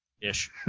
Ish